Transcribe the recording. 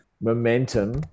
momentum